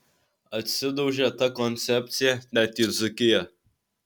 atsidaužė ta koncepcija net į dzūkiją